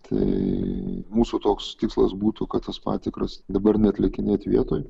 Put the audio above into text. tai mūsų toks tikslas būtų kad tas patikras dabar neatlikinėti vietoj